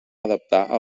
adaptar